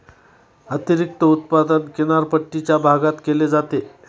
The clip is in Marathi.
अतिरिक्त उत्पादन किनारपट्टीच्या भागात केले जाते